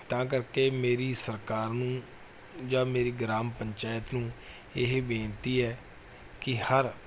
ਤਾਂ ਕਰਕੇ ਮੇਰੀ ਸਰਕਾਰ ਨੂੰ ਜਾਂ ਮੇਰੀ ਗ੍ਰਾਮ ਪੰਚਾਇਤ ਨੂੰ ਇਹ ਬੇਨਤੀ ਹੈ ਕਿ ਹਰ